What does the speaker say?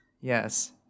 Yes